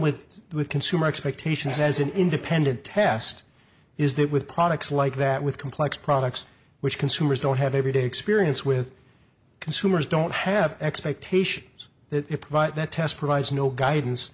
with the consumer expectations as an independent test is that with products like that with complex products which consumers don't have everyday experience with consumers don't have expectations it but that test provides no guidance